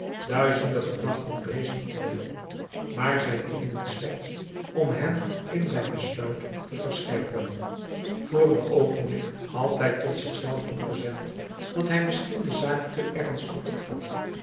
duizenden gedachten rezen in hem op maar zij dienden slechts om hem in zijn besluit te versterken voor een oogenblik had hij tot zich zelven gezegd dat hij misschien de zaak te ernstig opvatte